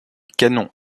canon